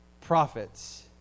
prophets